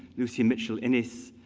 lucy mitchell innes,